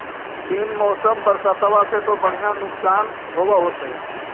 बिन मौसम बरसतबा से तो बढ़िया नुक्सान होब होतै?